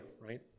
right